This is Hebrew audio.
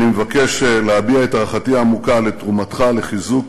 אני מבקש להביע את הערכתי העמוקה לתרומתך לחיזוק